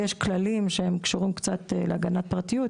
יש כללים שהם קשורים קצת להגנת פרטיות,